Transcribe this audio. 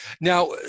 Now